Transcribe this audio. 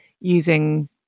using